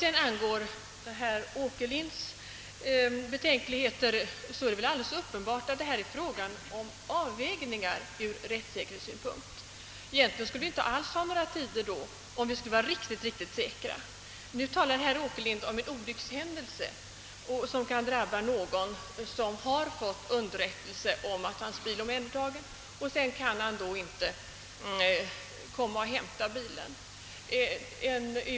Vad angår herr Åkerlinds betänkligheter är det alldeles uppenbart, att det här är fråga om avvägningar från rättssäkerhetssynpunkt. Egentligen skulle vi inte alls ha några fastslagna tider, om vi skulle vara riktigt säkra. Herr Åkerlind talar om att en olyckshändelse kan drabba någon som har fått underrättelse om att hans bil omhändertagits, så att han inte kan hämta bilen.